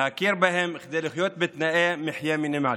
להכיר בהם כדי לחיות בתנאי מחיה מינימליים.